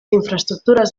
infraestructures